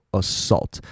assault